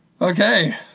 Okay